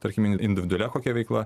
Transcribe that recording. tarkime individualia kokia veikla